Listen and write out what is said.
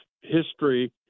history